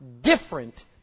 different